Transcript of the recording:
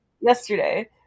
Yesterday